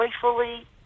joyfully